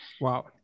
Wow